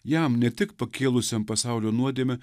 jam ne tik pakėlusiam pasaulio nuodėmę